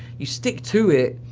you stick to it,